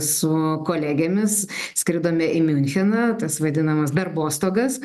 su kolegėmis skridome į miuncheną tas vadinamas darbostogas